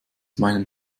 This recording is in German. meinen